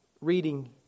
reading